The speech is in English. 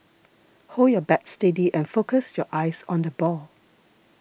hold your bat steady and focus your eyes on the ball